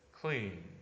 clean